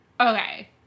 Okay